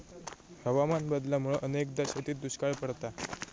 हवामान बदलामुळा अनेकदा शेतीत दुष्काळ पडता